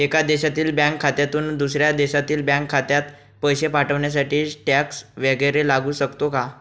एका देशातील बँक खात्यातून दुसऱ्या देशातील बँक खात्यात पैसे पाठवण्यासाठी टॅक्स वैगरे लागू शकतो का?